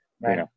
Right